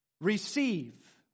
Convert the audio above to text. receive